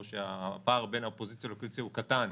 או כשהפער בין הקואליציה לאופוזיציה הוא קטן,